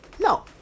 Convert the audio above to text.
No